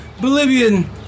Bolivian